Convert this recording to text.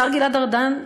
השר גלעד ארדן,